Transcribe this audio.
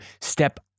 step